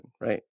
right